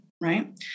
right